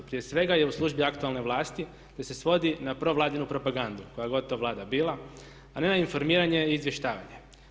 Prije svega je u službi aktualne vlasti te se svodi na provladinu propangandu koja god to Vlada bila a ne na informiranje i izvještavanje.